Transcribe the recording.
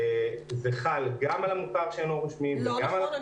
זה חל גם על המוכר שאינו רשמי וגם --- זה לא נכון.